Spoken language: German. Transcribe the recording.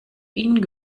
ihnen